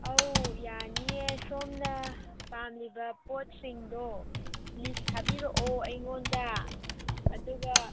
ꯑꯧ ꯌꯥꯅꯤꯌꯦ ꯁꯣꯝꯅ ꯄꯥꯝꯃꯤꯕ ꯄꯣꯠꯁꯤꯡꯗꯣ ꯂꯤꯁ ꯊꯥꯕꯤꯔꯛꯑꯣ ꯑꯩꯉꯣꯟꯗ ꯑꯗꯨꯒ